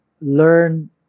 learn